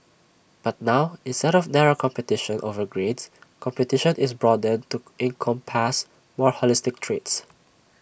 but now instead of narrow competition over grades competition is broadened to encompass more holistic traits